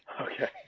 Okay